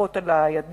נשיכות על הידיים,